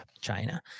china